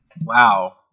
WoW